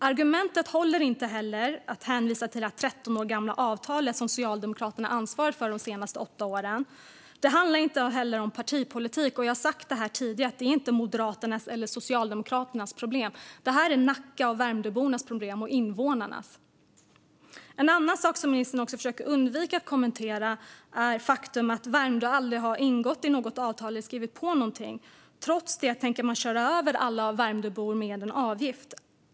Att hänvisa till det tretton år gamla avtal som Socialdemokraterna har ansvarat för de senaste åtta åren är inte ett argument som håller. Detta handlar inte heller om partipolitik. Jag har sagt det tidigare: Det här är inte Moderaternas eller Socialdemokraternas problem. Det är Nacka och Värmdöbornas problem - invånarnas. En annan sak som ministern försöker undvika att kommentera är det faktum att Värmdö aldrig har ingått något avtal eller skrivit på något. Trots det tänker man köra över alla Värmdöbor med en avgift.